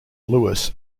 lewis